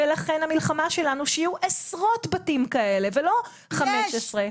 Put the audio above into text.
ולכן המלחמה שלנו שיהיו עשרות בתים כאלה ולא 15. יש,